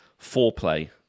Foreplay